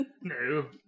No